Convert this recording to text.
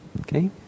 Okay